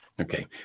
Okay